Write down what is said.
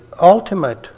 ultimate